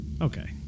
okay